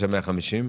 כן.